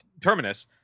Terminus